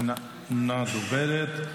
אינה דוברת.